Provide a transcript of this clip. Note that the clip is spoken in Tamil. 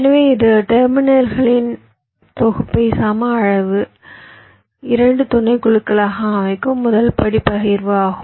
எனவே இது டெர்மினல்களின் தொகுப்பை சம அளவு 2 துணைக்குழுக்களாக அமைக்கும் முதல் படி பகிர்வு ஆகும்